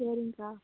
சரிங்க்கா